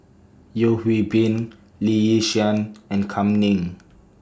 Yeo Hwee Bin Lee Yi Shyan and Kam Ning